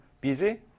busy